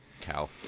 cow